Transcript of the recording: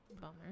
Bummer